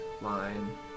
line